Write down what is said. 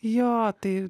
jo tai